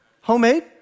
Homemade